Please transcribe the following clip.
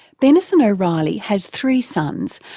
benison o'reilly has three sons,